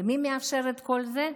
ומי מאפשר את כל זה?